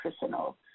personal